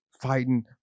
fighting